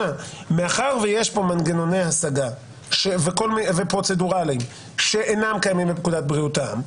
מאחר שיש פה מנגנוני השגה פרוצדורליים שאינם קיימים בפקודת בריאות העם,